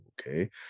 okay